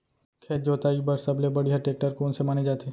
खेत जोताई बर सबले बढ़िया टेकटर कोन से माने जाथे?